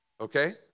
Okay